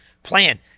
Plan